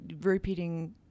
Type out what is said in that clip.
Repeating